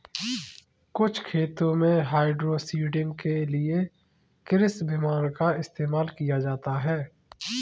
कुछ खेतों में हाइड्रोसीडिंग के लिए कृषि विमान का इस्तेमाल किया जाता है